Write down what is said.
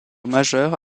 majeure